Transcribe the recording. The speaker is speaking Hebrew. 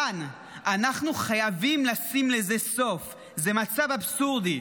דן, אנחנו חייבים לשים לזה סוף, זה מצב אבסורדי.